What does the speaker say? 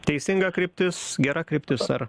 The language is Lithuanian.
teisinga kryptis gera kryptis ar